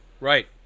right